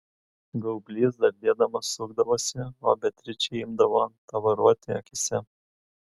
gaublys dardėdamas sukdavosi o beatričei imdavo tavaruoti akyse